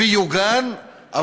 ויוגן,